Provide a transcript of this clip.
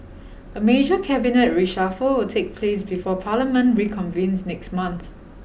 a major cabinet reshuffle take place before parliament reconvenes next month